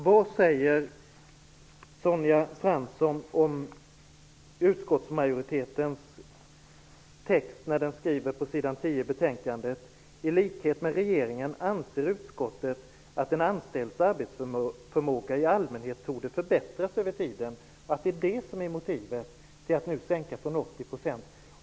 Vad säger Sonja Fransson om utskottsmajoritetens text på s. 10 i betänkandet? Där står det: "I likhet med regeringen anser utskottet att en anställds arbetsförmåga i allmänhet torde förbättras över tiden." Detta skulle alltså vara motivet till att nu sänka från 80 %.